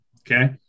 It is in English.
okay